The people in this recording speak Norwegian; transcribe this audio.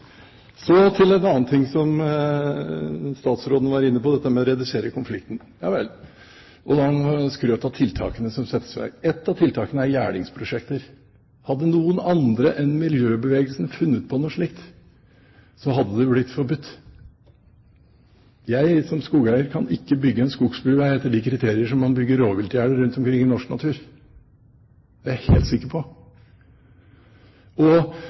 Så til en annen ting som statsråden var inne på, dette med å redusere konflikten. Ja vel. Og han skrøt av tiltakene som settes i verk. Et av tiltakene er gjerdingsprosjekter. Hadde noen andre enn miljøbevegelsen funnet på noe slikt, så hadde det blitt forbudt. Jeg, som skogeier, kan ikke bygge en skogsbilvei etter de kriterier som man bygger rovviltgjerder rundt omkring i norsk natur. Det er jeg helt sikker på. Og